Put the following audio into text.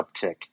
uptick